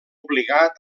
obligat